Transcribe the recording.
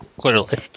clearly